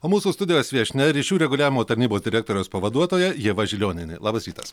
o mūsų studijos viešnia ryšių reguliavimo tarnybos direktoriaus pavaduotoja ieva žilionienė labas rytas